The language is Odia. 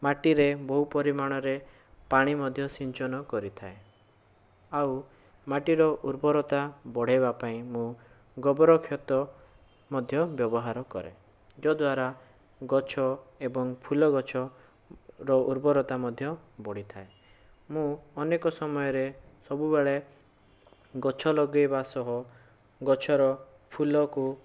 ମାଟିରେ ବହୁ ପରିମାଣରେ ପାଣି ମଧ୍ୟ ସିଞ୍ଚନ କରିଥାଏ ଆଉ ମାଟିର ଉର୍ବରତା ବଢ଼େଇବା ପାଇଁ ମୁଁ ଗୋବର କ୍ଷତ ମଧ୍ୟ ବ୍ୟବହାର କରେ ଯାହାଦ୍ଵାରା ଗଛ ଏବଂ ଫୁଲ ଗଛର ଉର୍ବରତା ମଧ୍ୟ ବଢ଼ିଥାଏ ମୁଁ ଅନେକ ସମୟରେ ସବୁବେଳେ ଗଛ ଲଗେଇବା ସହ ଗଛର ଫୁଲକୁ